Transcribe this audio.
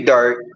Dark